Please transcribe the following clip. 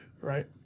Right